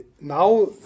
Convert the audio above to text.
now